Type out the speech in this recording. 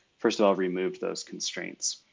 first of all, removed those constraints.